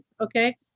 Okay